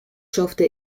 schaffte